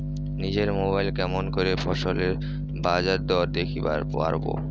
নিজের মোবাইলে কেমন করে ফসলের বাজারদর দেখিবার পারবো?